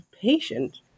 patient